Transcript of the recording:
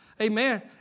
amen